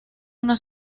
una